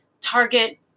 target